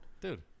Dude